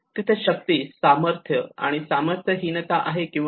तिथे शक्ती सामर्थ्य आणि सामर्थ्यहीनत्ता आहे किंवा नाही